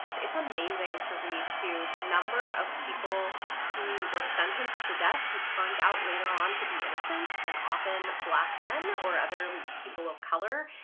it's amazing to read too the number of people who were sentenced to death who turned out later on to be innocent, and often black men or other people of color.